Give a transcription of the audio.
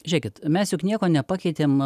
žiūrėkit mes juk nieko nepakeitėm